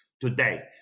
today